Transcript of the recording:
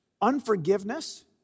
unforgiveness